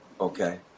Okay